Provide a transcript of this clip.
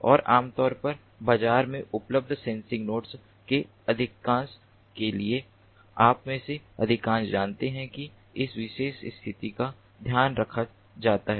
और आम तौर पर बाजार में उपलब्ध सेंसर नोड्स के अधिकांश के लिए आप में से अधिकांश जानते हैं कि इस विशेष स्थिति का ध्यान रखा जाता है